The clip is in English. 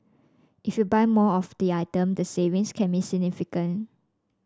if you buy more of the item the savings can be significant